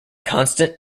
constant